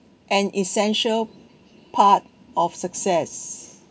an essential part of success